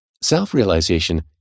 self-realization